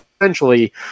essentially